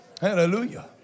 Hallelujah